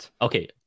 Okay